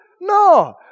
No